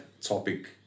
topic